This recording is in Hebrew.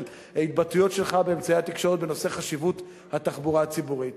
התבטאויות שלך באמצעי התקשורת בנושא חשיבות התחבורה הציבורית.